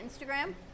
Instagram